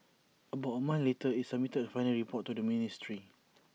about A month later IT submitted A final report to the ministry